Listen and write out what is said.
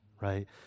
right